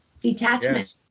detachment